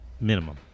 minimum